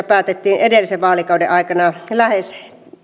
päätettiin edellisen vaalikauden aikana lähes